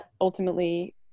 ultimately